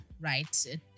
Right